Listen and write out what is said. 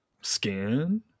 skin